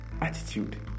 Attitude